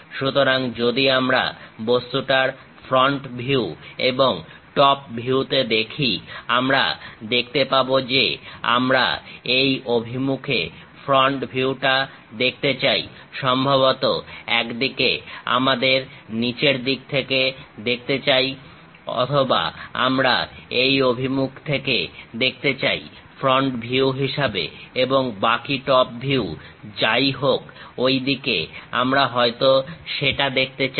সুতরাং যদি আমরা বস্তুটার ফ্রন্ট ভিউ এবং টপ ভিউতে দেখি আমরা দেখতে পাবো যে আমরা এই অভিমুখে ফ্রন্ট ভিউটা দেখতে চাই সম্ভবত একদিকে আমরা নিচের দিক থেকে দেখতে চাই অথবা আমরা এই অভিমুখ থেকে দেখতে চাই ফ্রন্ট ভিউ হিসাবে এবং বাকি টপ ভিউ যাই হোক ঐ দিকে আমরা হয়তো সেটা দেখতে চাই